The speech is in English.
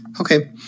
Okay